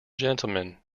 gentleman